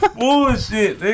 bullshit